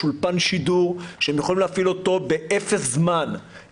יש אולפן שידור שהם יכולים להפעיל אותו באפס זמן,